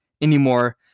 anymore